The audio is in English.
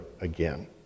again